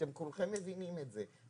אתם כולכם מבינים את זה,